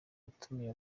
watumiye